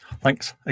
Thanks